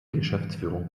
geschäftsführung